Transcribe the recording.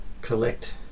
collect